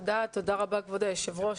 תודה רבה כבוד היו"ר.